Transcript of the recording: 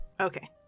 okay